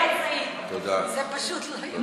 חצאית, זה פשוט לא ייאמן.